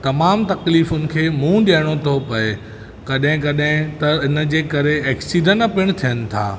तमामु तकलीफ़ुनि खे मुंहुं ॾियणो थो पिए कॾहिं कॾहिं त इनजे करे ऐक्सिडंट पिणि थियनि था